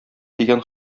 тигән